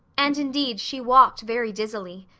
and indeed, she walked very dizzily.